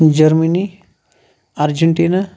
Germany Argentina